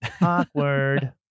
Awkward